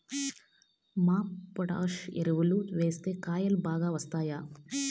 MOP potash ఎరువులు వేస్తే కాయలు బాగా వస్తాయా?